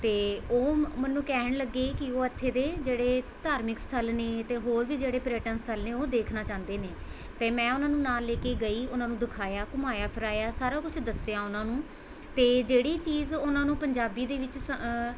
ਅਤੇ ਉਹ ਮੈਨੂੰ ਕਹਿਣ ਲੱਗੇ ਕਿ ਉਹ ਇੱਥੇ ਦੇ ਜਿਹੜੇ ਧਾਰਮਿਕ ਸਥਲ ਨੇ ਅਤੇ ਹੋਰ ਵੀ ਜਿਹੜੇ ਪ੍ਰੈਟਨ ਸਥਲ ਨੇ ਉਹ ਦੇਖਣਾ ਚਾਹੁੰਦੇ ਨੇ ਅਤੇ ਮੈਂ ਉਹਨਾਂ ਨੂੰ ਨਾਲ਼ ਲੈ ਕੇ ਗਈ ਉਹਨਾਂ ਨੂੰ ਦਿਖਾਇਆ ਘੁੰਮਾਇਆ ਫਿਰਾਇਆ ਸਾਰਾ ਕੁਛ ਦੱਸਿਆ ਉਹਨਾਂ ਨੂੰ ਅਤੇ ਜਿਹੜੀ ਚੀਜ਼ ਉਹਨਾਂ ਨੂੰ ਪੰਜਾਬੀ ਦੇ ਵਿੱਚ ਸਮ